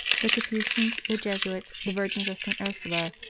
the capuchins, the jesuits, the virgins of st. ursula,